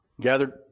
gathered